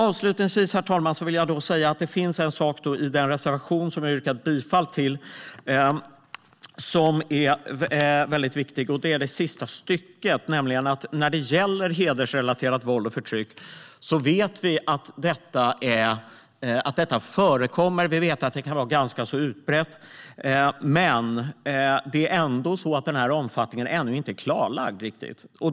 Avslutningsvis vill jag säga, herr talman, att det finns en sak i den reservation som vi har yrkat bifall till, och det gäller det sista stycket om att när det gäller hedersrelaterat våld och förtryck så vet vi att detta förekommer. Vi vet att det kan vara ganska utbrett, men det är ändå så att omfattningen ännu inte riktigt är klarlagd.